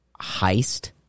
heist